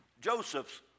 Joseph's